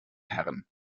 herrn